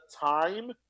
time